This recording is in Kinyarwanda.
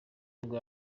nibwo